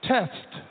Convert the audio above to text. Test